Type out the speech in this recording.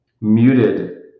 muted